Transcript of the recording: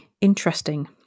interesting